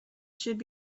should